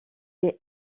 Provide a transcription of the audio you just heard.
est